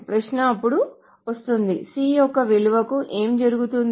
ప్రశ్న అప్పుడు వస్తుంది C యొక్క ఈ విలువకు ఏమి జరుగుతుంది